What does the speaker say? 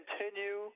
continue